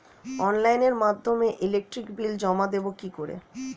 অনলাইনের মাধ্যমে electric bill জমা দেবো কি করে?